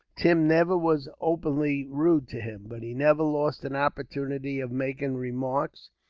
tim never was openly rude to him but he never lost an opportunity of making remarks,